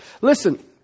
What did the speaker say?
listen